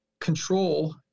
control